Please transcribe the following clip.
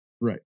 Right